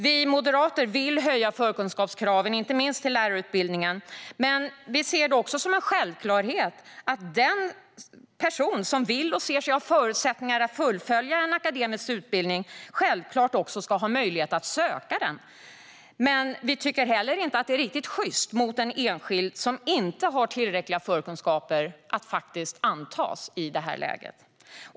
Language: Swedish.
Vi moderater vill höja förkunskapskraven, inte minst till lärarutbildningen, men vi ser det också som en självklarhet att den person som vill och anser sig ha förutsättningar att fullfölja en akademisk utbildning också ska ha möjlighet att söka den. Men vi tycker inte heller att det är riktigt sjyst mot en enskild som inte har tillräckliga förkunskaper att faktiskt antas.